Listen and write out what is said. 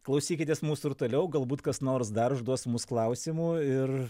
klausykitės mūsų ir toliau galbūt kas nors dar užduos mūs klausimų ir